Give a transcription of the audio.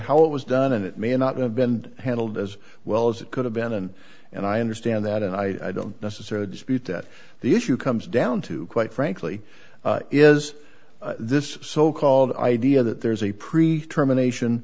how it was done and it may not have been handled as well as it could have been and i understand that and i don't necessarily dispute that the issue comes down to quite frankly is this so called idea that there's a pre term a nation